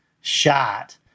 shot